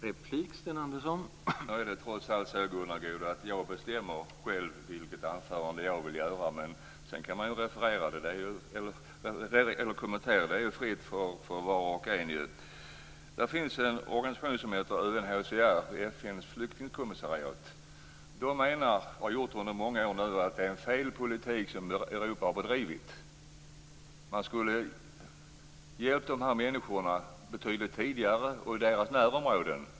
Herr talman! Nu är det trots allt så, Gunnar Goude, att jag bestämmer själv vilket anförande jag vill hålla. Sedan kan man kommentera det. Det är fritt för var och en. Det finns en organisation som heter UNHCR, FN:s flyktingkommissariat. De menar, och har menat under många år nu, att det är en felaktig politik som Europa har bedrivit. Man skulle ha hjälpt de här människorna betydligt tidigare, och i deras närområden.